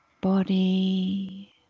body